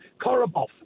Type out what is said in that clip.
Korobov